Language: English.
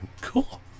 Cool